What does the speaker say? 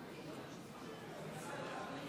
52 נגד.